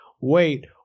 Wait